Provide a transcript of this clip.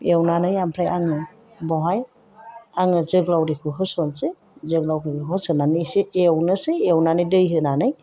एवनानै ओमफ्राय आङो बेवहाय आङो जोगोलाउरिखौ होस'नोसै जोगोलाउरिखौ होसननानै एसे एवनोसै एवनानै दै होनानै